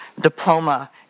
diploma